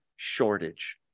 Shortage